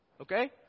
Okay